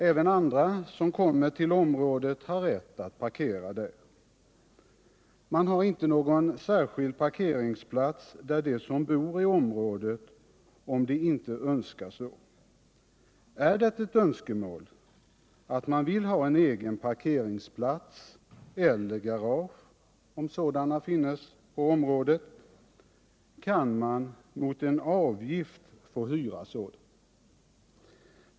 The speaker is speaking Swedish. Även andra som kommer till området har rätt att parkera där. Egna parkeringsplatser för dem som bor i området anordnas inte, om man inte så önskar. Den som har önskemål om egen parkeringsplats eller garageplats, ifall garage finns på området, kan mot en avgift få hyra sådan plats.